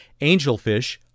angelfish